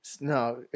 No